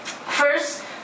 First